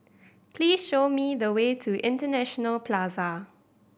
please show me the way to International Plaza